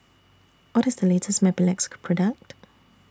What IS The latest Mepilex Product